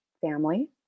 family